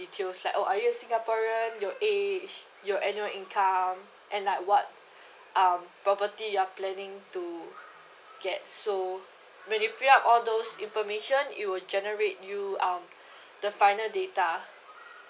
details like oh are you a singaporean your age your annual income and like what um property you're planning to get so when you fill up all those information it will generate you um the finer data